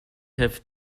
have